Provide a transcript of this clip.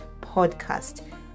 podcast